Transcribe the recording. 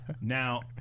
Now